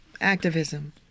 Activism